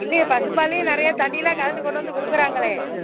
இல்லையே பசும்பாலுலேயே நிறையா தண்ணியெலாம் கலந்து கொண்டு வந்து கொடுக்குறாங்களே